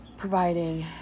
providing